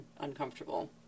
uncomfortable